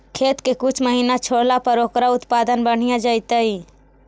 खेत के कुछ महिना छोड़ला पर ओकर उत्पादन बढ़िया जैतइ?